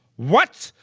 what?